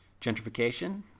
gentrification